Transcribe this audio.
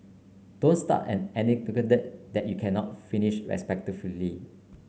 don't start an anecdote that you cannot finish respectfully